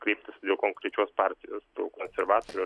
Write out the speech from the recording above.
kreiptasi dėl konkrečios partijos konservatorių